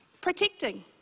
Protecting